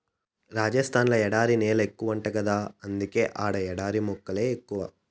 రాజస్థాన్ ల ఎడారి నేలెక్కువంట గదా అందుకే ఆడ ఎడారి మొక్కలే ఎక్కువ